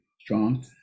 strong